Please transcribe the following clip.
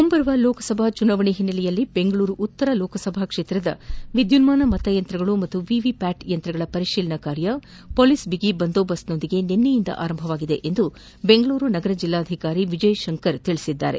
ಮುಂಬರುವ ಲೋಕಸಭಾ ಚುನಾವಣಾ ಒನ್ನೆಲೆಯಲ್ಲಿ ಬೆಂಗಳೂರು ಉತ್ತರ ಲೋಕಸಭಾ ಕ್ಷೇತ್ರದ ವಿದ್ಯುನ್ಮಾನ ಮತಯಂತ್ರ ಮತ್ತು ವಿವಿಪ್ಕಾಟ್ ಯಂತ್ರಗಳ ಪರಿಶೀಲನಾ ಕಾರ್ಯ ಪೊಲೀಸ್ ಬಿಗಿಬಂದೋಬಸ್ತನೊಂದಿಗೆ ನಿನ್ನೆಯಿಂದ ಆರಂಭಗೊಂಡಿದೆ ಎಂದು ಬೆಂಗಳೂರು ನಗರ ಜಿಲ್ಲಾಧಿಕಾರಿ ವಿಜಯಶಂಕರ್ ತಿಳಿಸಿದ್ದಾರೆ